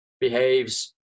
behaves